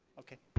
okay.